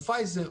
כמו "פייזר",